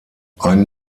ein